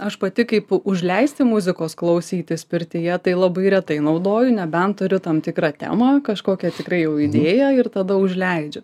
aš pati kaip užleisti muzikos klausytis pirtyje tai labai retai naudoju nebent turiu tam tikrą temą kažkokią tikrai jau idėją ir tada užleidžiu